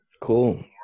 Cool